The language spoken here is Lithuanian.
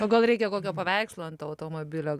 o gal reikia kokio paveikslo ant to automobilio